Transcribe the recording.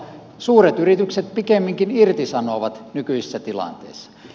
suuret yritykset pikemminkin irtisanovat nykyisessä tilanteessa